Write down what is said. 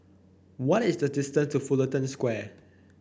what is the distance to Fullerton Square